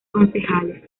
concejales